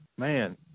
Man